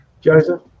Joseph